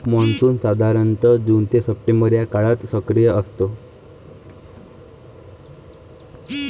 monsoon साधारणतः June ते September या काळात सक्रिय असतो